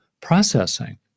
processing